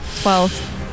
Twelve